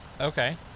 Okay